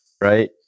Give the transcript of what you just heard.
right